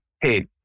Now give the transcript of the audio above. hey